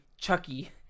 Chucky